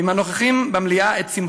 עם הנוכחים במליאה, "את שמחתי.